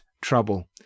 trouble